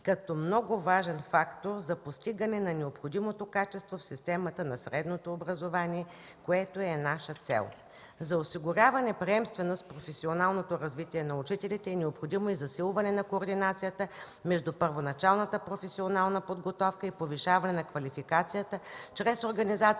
като много важен фактор за постигане на необходимото качество в системата на средното образование, което е наша цел. За осигуряване на приемственост в професионалното развитие на учителите е необходимо и засилване на координацията между първоначалната професионална подготовка и повишаване на квалификацията чрез организация